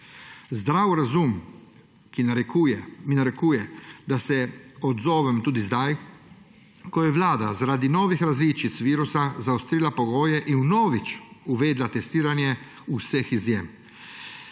Zdrav razum mi narekuje, da se odzovem tudi zdaj, ko je Vlada zaradi novih različic virusa zaostrila pogoje in vnovič uvedla testiranje vseh izjem,